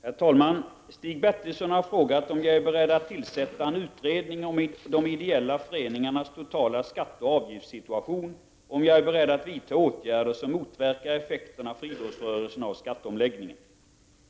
Herr talman! Stig Bertilsson har frågat om jag är beredd att tillsätta en utredning om de ideella föreningarnas totala skatteoch avgiftssituation och om jag är beredd att vidta åtgärder som motverkar effekterna för idrottsrörelsen av skatteomläggningen.